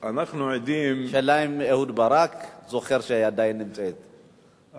ישיב להצעה לסדר-היום כבוד השר לביטחון פנים,